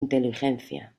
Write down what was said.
inteligencia